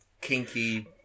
kinky